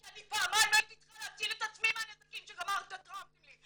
כי אני פעמיים הייתי צריכה להציל את עצמי מהנזקים שגרמתם לי.